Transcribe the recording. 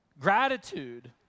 Gratitude